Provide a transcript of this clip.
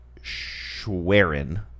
Schwerin